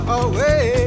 away